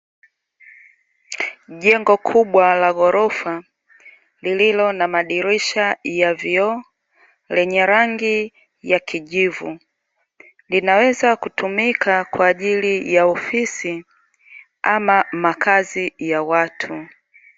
Jengo kubwa la gorofa lililo na madirisha ya vioo lenye rangi ya kijivu, linaweza kutumika kwa ajili ofisi ama makazi ya watu.